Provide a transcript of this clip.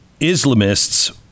islamists